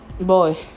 Boy